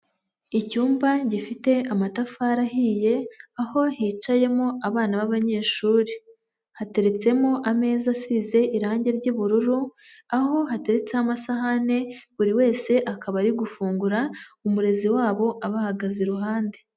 Icyumba gifite amatafari ahiye, aho hicayemo abana b'abanyeshuri. Hateretsemo ameza asize irangi ry'ubururu, aho hateretseho amasahani, buri wese akaba ari gufungura, umurezi wabo abahagaze iruhande.